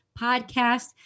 Podcast